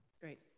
Great